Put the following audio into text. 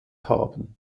haben